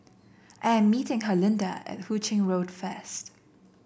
I am meeting Herlinda at Hu Ching Road first